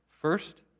first